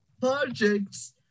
projects